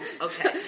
Okay